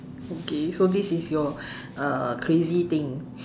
okay so this is your uh crazy thing